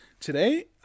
Today